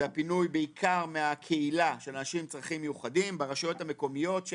זה הפינוי בעיקר מהקהילה של האנשים עם צרכים מיוחדים ברשויות המקומיות.